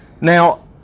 Now